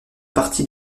partie